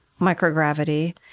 microgravity